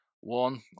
One